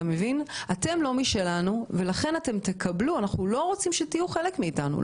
אתם לא משלנו ולכן אנחנו לא רוצים שתהיו חלק מאתנו,